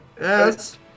Yes